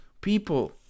people